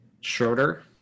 schroeder